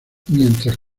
mientras